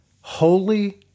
holy